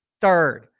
Third